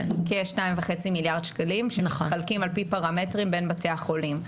כ-2.5 מיליארד שקלים שמתחלקים על פי פרמטרים בין בתי החולים.